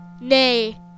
Nay